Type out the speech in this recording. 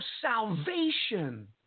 salvation